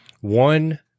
One